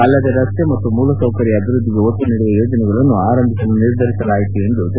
ಅಲ್ಲದೇ ರಸ್ತೆ ಮತ್ತು ಮೂಲ ಸೌಕರ್ಯ ಅಭಿವೃದ್ದಿಗೆ ಒತ್ತು ನೀಡುವ ಯೋಜನೆಗಳನ್ನು ಆರಂಭಿಸಲು ನಿರ್ಧರಿಸಲಾಯಿತು ಎಂದರು